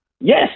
Yes